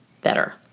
better